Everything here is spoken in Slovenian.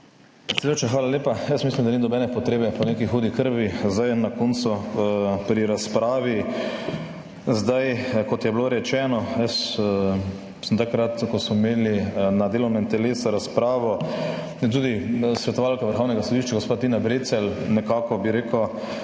hvala lepa. Mislim, da ni nobene potrebe po neki hudi krvi zdaj na koncu pri razpravi. Kot je bilo rečeno, sem takrat, ko smo imeli na delovnem telesu razpravo, in tudi svetovalka Vrhovnega sodišča gospa Tina Brecelj je nekako, bi rekel,